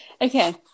okay